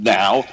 now